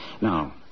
Now